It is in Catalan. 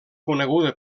coneguda